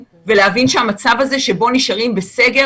אף אחד לא אמר תלכו לעשות ספורט 20 אנשים בקבוצה בחוץ.